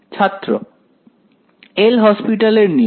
ছাত্র L hospital Hopital's এর নিয়ম